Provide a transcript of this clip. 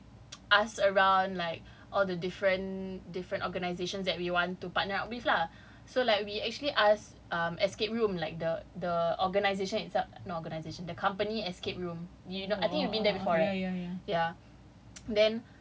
then we have to like ask around like all the different organisation that we want to partner up with lah so like we actually ask escape room like the organisation itself not organisation the company escape room you know I think you've been there before right ya